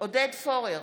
עודד פורר,